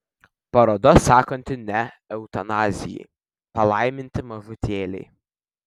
paroda sakanti ne eutanazijai palaiminti mažutėliai